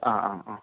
ആ ആ ആ